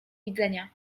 widzenia